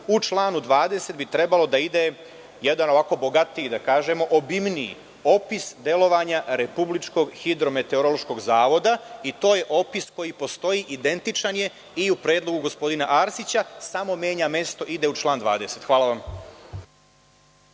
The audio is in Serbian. u članu 20. bi trebalo da ide jedan bogatiji, obimniji opis delovanja Republičkog hidrometeorološkog zavoda i to je opis koji postoji, identičan je, i u predlogu gospodina Arsića, samo menja mesto, ide u član 20. Hvala vam.